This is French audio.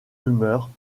rumeurs